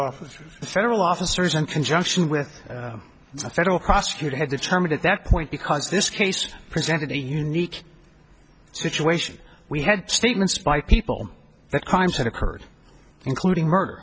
officers the federal officers in conjunction with the federal prosecutor had determined at that point because this case presented a unique situation we had statements by people that crimes had occurred including murder